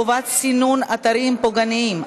חובת סינון אתרים פוגעניים),